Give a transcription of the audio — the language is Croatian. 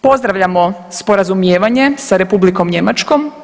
Pozdravljamo sporazumijevanje sa Republikom Njemačkom.